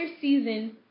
season